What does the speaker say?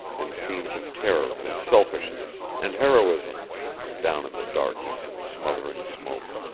and scenes of terror and selfishness and heroism down in the darkness and smothering smoke.